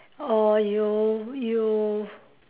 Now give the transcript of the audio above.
or you you